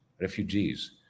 refugees